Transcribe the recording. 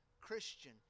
Christian